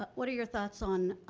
what are your thoughts on